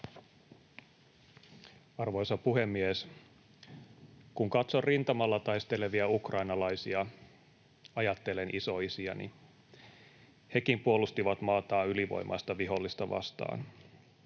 Arvoisa puhemies! Kun katson rintamalla taistelevia ukrainalaisia, ajattelen isoisiäni: hekin puolustivat maataan ylivoimaista vihollista vastaan.